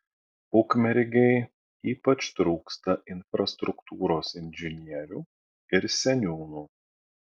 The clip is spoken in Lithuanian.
ukmergei ypač trūksta infrastruktūros inžinierių ir seniūnų